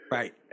Right